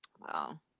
wow